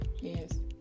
Yes